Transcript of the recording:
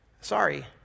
Sorry